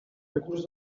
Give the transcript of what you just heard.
recurs